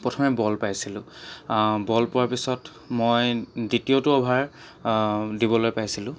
প্ৰথমে বল পাইছিলোঁ বল পোৱাৰ পিছত মই দ্বিতীয়টো অভাৰ দিবলৈ পাইছিলোঁ